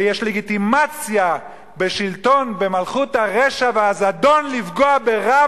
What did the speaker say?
ויש לגיטימציה בשלטון במלכות הרשע והזדון לפגוע ברב,